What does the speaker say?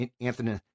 Anthony